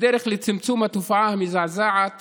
בדרך לצמצום התופעה המזעזעת